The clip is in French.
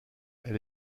elle